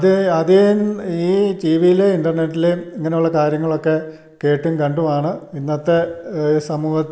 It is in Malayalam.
അത് അതേ ഈ ടിവിയിലേയും ഇൻറ്റർനെറ്റിലേയും ഇങ്ങനെയുള്ള കാര്യങ്ങളൊക്കെ കേട്ടും കണ്ടുമാണ് ഇന്നത്തെ സമൂഹം